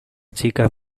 chica